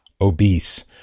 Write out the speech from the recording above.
obese